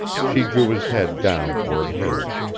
she drew his head down toward hers.